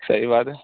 صحیح بات ہے